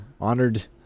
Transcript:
honored